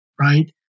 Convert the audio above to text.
right